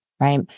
right